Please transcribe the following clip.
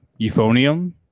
euphonium